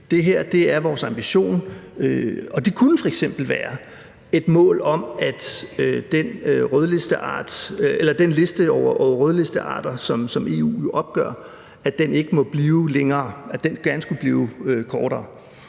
det her er vores ambition, og den kunne f.eks. være et mål om, at den liste over rødlistearter, som EU jo opgør, ikke må blive længere, men f.eks. gerne skulle blive kortere.